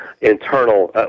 internal